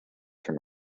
from